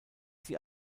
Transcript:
sie